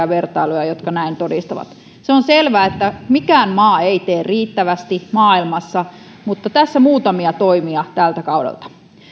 vertailuja jotka näin todistavat on selvää että mikään maa ei tee riittävästi maailmassa mutta tässä muutamia toimia tältä kaudelta